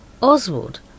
Oswald